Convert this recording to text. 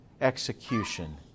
execution